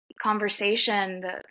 conversation